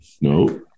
No